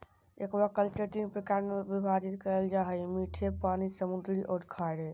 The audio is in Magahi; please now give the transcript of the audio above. एक्वाकल्चर तीन प्रकार में विभाजित करल जा हइ मीठे पानी, समुद्री औरो खारे